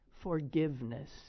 forgiveness